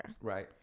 Right